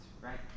right